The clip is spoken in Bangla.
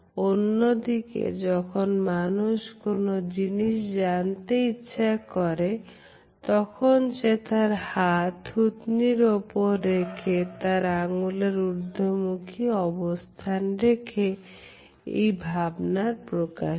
অন্যদিকে যখন মানুষ কোন জিনিস জানতে ইচ্ছা প্রকাশ করে তখন সে তার হাত থুতনির উপরে রেখে তার আঙ্গুলের ঊর্ধ্বমুখী অবস্থান রেখে এই ভাবনার প্রকাশ করে